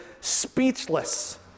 speechless